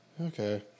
Okay